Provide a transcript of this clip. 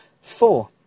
Four